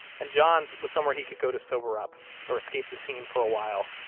and john's was somewhere he could go to sober up or escape the scene for a while,